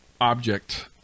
object